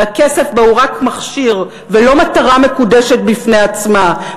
והכסף בה הוא רק מכשיר ולא מטרה מקודשת בפני עצמה.